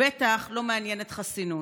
ובטח לא מעניינת אותו חסינות.